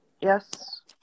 Yes